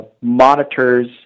monitors